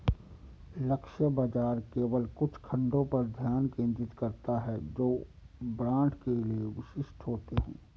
लक्ष्य बाजार केवल कुछ खंडों पर ध्यान केंद्रित करता है जो ब्रांड के लिए विशिष्ट होते हैं